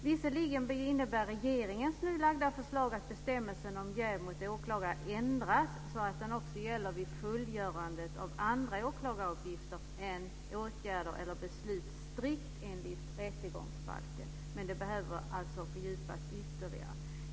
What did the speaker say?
Visserligen innebär regeringens nu framlagda förslag att bestämmelsen om jäv för åklagare ändras så att den också gäller vid fullgörandet av andra åklagaruppgifter än åtgärder eller beslut strikt enligt rättegångsbalken. Man behöver dock ytterligare fördjupa sig i detta.